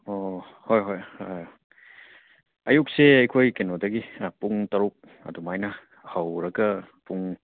ꯑꯣ ꯍꯣꯏ ꯍꯣꯏ ꯍꯣꯏ ꯑꯌꯨꯛꯁꯦ ꯑꯩꯈꯣꯏ ꯀꯩꯅꯣꯗꯒꯤ ꯄꯨꯡ ꯇꯔꯨꯛ ꯑꯗꯨꯃꯥꯏꯅ ꯍꯧꯔꯒ ꯄꯨꯡ